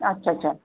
আচ্ছাচা